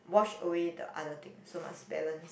wash away the other thing so must balance